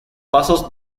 pasos